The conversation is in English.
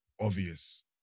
obvious